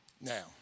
Now